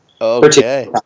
Okay